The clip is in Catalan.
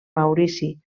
maurici